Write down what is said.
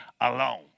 alone